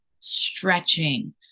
stretching